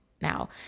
Now